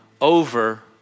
over